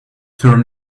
turn